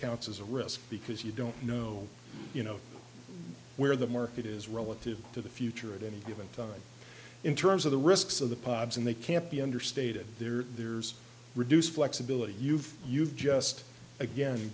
counts as a risk because you don't know you know where the market is relative to the future at any given time in terms of the risks of the pods and they can't be understated there's reduced flexibility you've you've just again